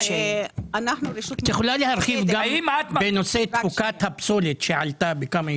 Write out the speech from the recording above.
את יכולה להרחיב בנושא תפוקת הפסולת שעלתה בכמה יישובים?